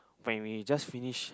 when we just finish